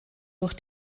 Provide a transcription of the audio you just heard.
durch